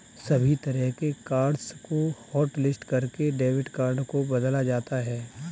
सभी तरह के कार्ड्स को हाटलिस्ट करके डेबिट कार्ड को बदला जाता है